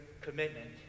commitment